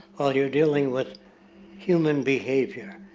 well you're dealing with human behavior.